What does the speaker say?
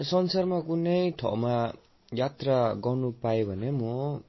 संसारमा कुनै ठाउँमा यात्रा गर्नु पाएँ भने म